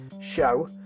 show